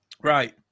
Right